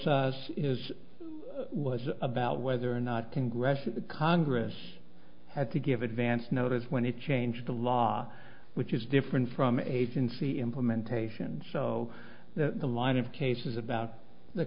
e was about whether or not congressional congress had to give advance notice when it changed the law which is different from agency implementation show the line of cases about the